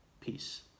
peace